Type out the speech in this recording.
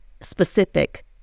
specific